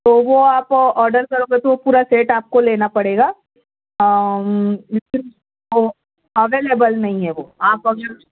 تو وہ آپ آڈر کرو گے تو پورا سیٹ آپ کو لینا پڑے گا اویلیبل نہیں ہے وہ آپ اگر